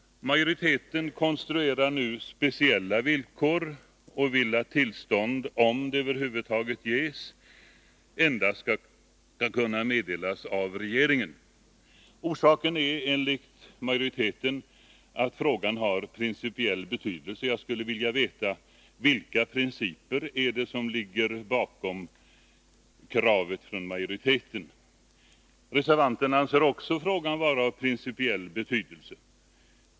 Majoriteten konstruerar nu speciella villkor och vill att tillstånd — om det över huvud taget ges — skall kunna meddelas endast av regeringen. Orsaken är enligt majoriteten att frågan har principiell betydelse. Jag skulle vilja veta: Vilka principer är det som ligger bakom kravet från majoriteten? Vi reservanter anser också att frågan är av principiell betydelse.